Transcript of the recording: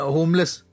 Homeless